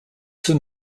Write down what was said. soon